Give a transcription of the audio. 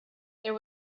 there